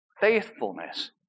faithfulness